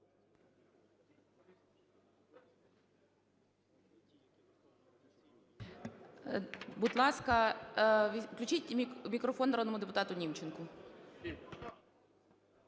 Будь ласка, включіть мікрофон народному депутату Німченку.